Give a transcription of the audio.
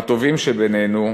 הטובים שבינינו,